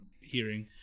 hearing